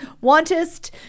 wantest